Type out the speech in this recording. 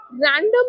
random